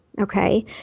okay